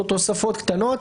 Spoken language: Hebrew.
או תוספות קטנות,